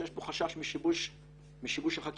שיש פה חשש משיבוש החקירה,